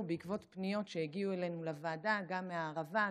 בעקבות פניות שהגיעו אלינו לוועדה גם מהערבה,